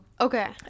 okay